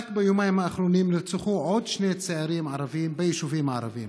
רק ביומיים האחרונים נרצחו עוד שני צעירים ערבים ביישובים הערביים: